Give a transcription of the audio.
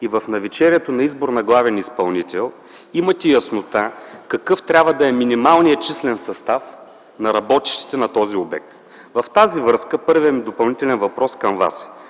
и в навечерието на избор на главен изпълнител имате яснота какъв трябва да е минималният числен състав на работещите на този обект. В тази връзка първият ми допълнителен въпрос към Вас е: